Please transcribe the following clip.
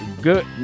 Good